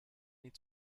need